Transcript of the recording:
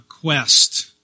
quest